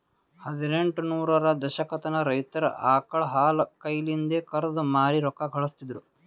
ಹದಿನೆಂಟ ನೂರರ ದಶಕತನ ರೈತರ್ ಆಕಳ್ ಹಾಲ್ ಕೈಲಿಂದೆ ಕರ್ದು ಮಾರಿ ರೊಕ್ಕಾ ಘಳಸ್ತಿದ್ರು